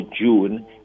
June